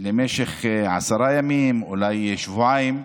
למשך עשרה ימים, אולי שבועיים.